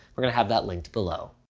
we're gonna have that linked below.